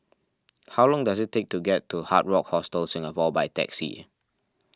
how long does it take to get to Hard Rock Hostel Singapore by taxi